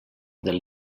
del